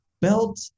belt